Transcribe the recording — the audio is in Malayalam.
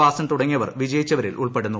വാസൻ തുടങ്ങിയവർ വിജയിച്ചവരിൽ ഉൾപ്പെടുന്നു